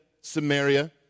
Samaria